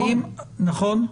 האם נכון?